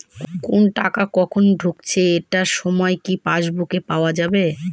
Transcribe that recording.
কোনো টাকা কখন ঢুকেছে এটার সময় কি পাসবুকে পাওয়া যাবে?